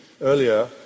earlier